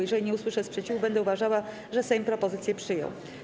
Jeżeli nie usłyszę sprzeciwu, będę uważała, że Sejm propozycje przyjął.